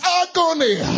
agony